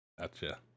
Gotcha